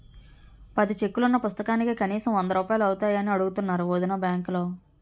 పది చెక్కులున్న పుస్తకానికి కనీసం వందరూపాయలు అవుతాయని అడుగుతున్నారు వొదినా బాంకులో